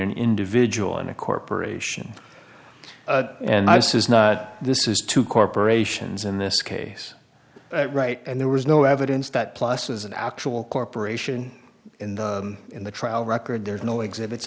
an individual and a corporation and i says not this is to corporations in this case right and there was no evidence that plus as an actual corporation in the trial record there is no exhibits